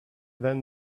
than